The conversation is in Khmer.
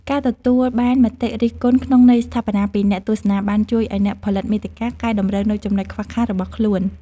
ការទទួលបានមតិរិះគន់ក្នុងន័យស្ថាបនាពីអ្នកទស្សនាបានជួយឱ្យអ្នកផលិតមាតិកាកែតម្រូវនូវចំណុចខ្វះខាតរបស់ខ្លួន។